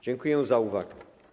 Dziękuję za uwagę.